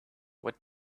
what